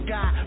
God